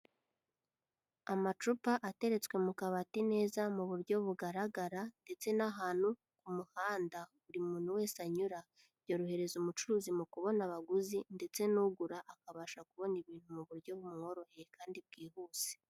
Amacupa ateretswe mu kabati neza mu buryo bugaragara, ndetse n'ahantu ku muhanda buri muntu wese anyura, byorohereza umucuruzi mu kubona abaguzi, ndetse n'ugura akabasha kubona ibintu mu buryo bumworoheye kandi bwihuse.